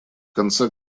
конце